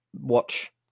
Watch